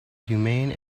humane